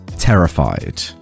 terrified